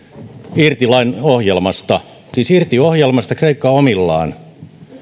irti ohjelmasta siis irti ohjelmasta kreikka on omillaan